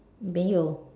没有